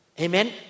Amen